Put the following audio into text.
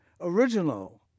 Original